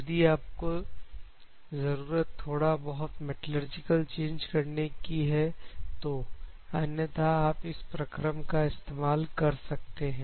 यदि आपकी जरूरत थोड़ा बहुत मेट्रोलॉजिकल चेंज करने की है तो अन्यथा आप इस प्रक्रम का इस्तेमाल कर सकते हैं